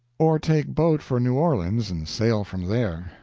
or take boat for new orleans and sail from there.